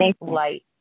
light